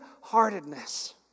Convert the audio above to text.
heartedness